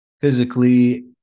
physically